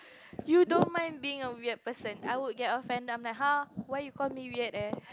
you don't mind being a weird person I will get offended I'm like !huh! why you call me weird eh